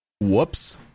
Whoops